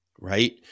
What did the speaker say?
right